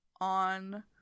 on